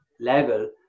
level